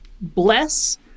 bless